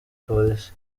polisi